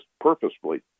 purposefully